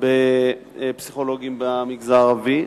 בפסיכולוגים במגזר הערבי,